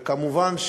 וכמובן,